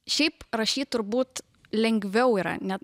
šiaip rašyt turbūt lengviau yra ne